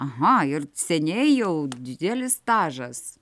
aha ir seniai jau didelis stažas